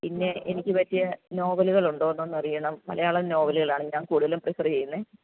പിന്നെ എനിക്ക് പറ്റിയ നോവലുകളുണ്ടോയെന്നൊന്നറിയണം മലയാളം നോവലുകളാണ് ഞാൻ കൂടുതലും പ്രിഫർ ചെയ്യുന്നത്